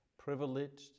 privileged